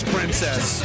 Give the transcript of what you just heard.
Princess